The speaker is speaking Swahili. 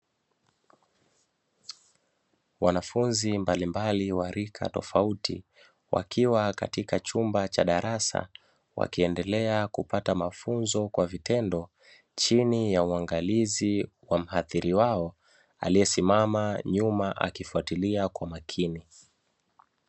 Wanafunzi mbalimbali wa rika tofauti wakiwa katika chumba cha darasa, wakiendelea kupata mafunzo kwa vitendo chini ya uangalizi wa muhadhiri wao aliyesimama nyuma akifatilia kwa makini.